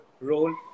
role